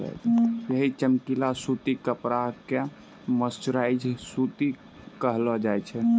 यही चमकीला सूती कपड़ा कॅ मर्सराइज्ड सूती कहलो जाय छै